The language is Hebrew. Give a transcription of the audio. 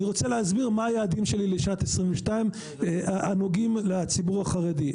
אני רוצה להסביר מה היעדים שלי לשנת 2022 הנוגעים לציבור החרדי.